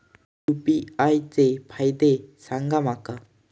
UPI चे फायदे सांगा माका?